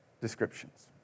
descriptions